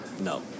no